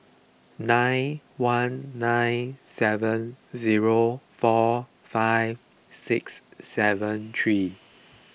nine one nine seven zero four five six seven three